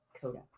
coda